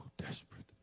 desperate